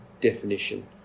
definition